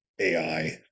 AI